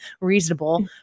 reasonable